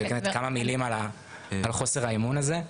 כמה מילים על חוסר האמון הזה.